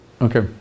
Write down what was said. Okay